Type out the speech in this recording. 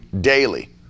daily